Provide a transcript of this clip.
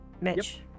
Mitch